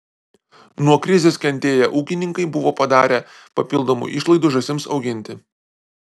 nuo krizės kentėję ūkininkai buvo padarę papildomų išlaidų žąsims auginti